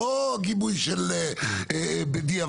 לא גיבוי בדיעבד,